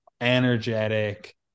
Energetic